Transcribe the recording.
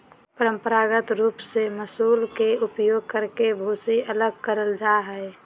परंपरागत रूप से मूसल के उपयोग करके भूसी अलग करल जा हई,